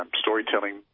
Storytelling